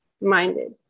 minded